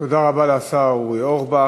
תודה רבה לשר אורי אורבך.